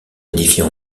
édifiée